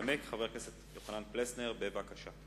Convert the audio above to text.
ינמק חבר הכנסת יוחנן פלסנר, בבקשה.